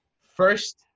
first